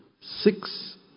six